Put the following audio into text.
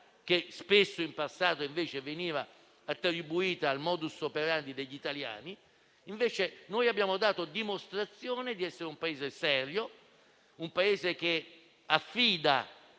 che spesso in passato veniva attribuita al *modus operandi* degli italiani. Invece noi abbiamo dato dimostrazione di essere un Paese serio, che si affida